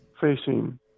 facing